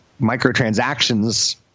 microtransactions